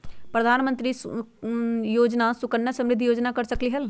प्रधानमंत्री योजना सुकन्या समृद्धि योजना कर सकलीहल?